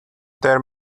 there